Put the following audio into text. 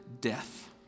death